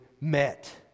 met